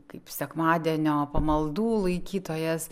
kaip sekmadienio pamaldų laikytojas